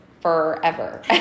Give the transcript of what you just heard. forever